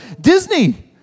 Disney